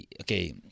okay